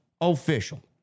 official